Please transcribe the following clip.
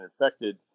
infected